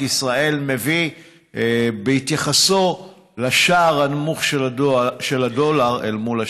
ישראל מביא בהתייחסו לשער הנמוך של הדולר אל מול השקל.